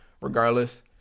Regardless